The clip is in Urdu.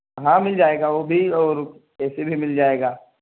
ہاں مل جائے گا وہ بھی اور اے سی بھی مل جائے گا